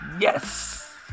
Yes